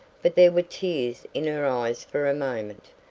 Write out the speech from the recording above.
but there were tears in her eyes for a moment,